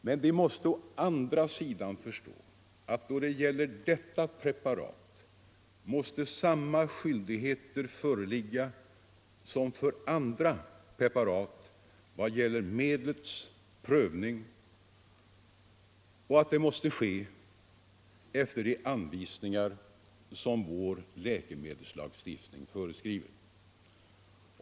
Men de måste å andra sidan förstå att samma skyldigheter föreligger för detta preparat som för andra i vad gäller medlets prövning enligt de anvisningar som vår läkemedelslagstiftning innefattar.